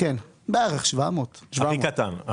700, הכי קטן.